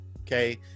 okay